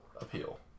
appeal